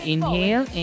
Inhale